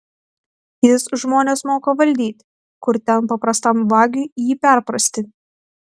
jis žmones moka valdyti kur ten paprastam vagiui jį perprasti